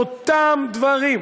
אותם דברים,